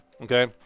okay